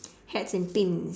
hats and pins